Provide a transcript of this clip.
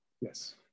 Yes